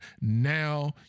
Now